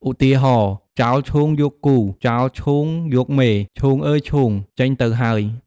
ឧទាហរណ៍ "ចោលឈូងយកគូ ចោលឈូងយកមេ ...", "ឈូងអើយឈូង ចេញទៅហើយ"។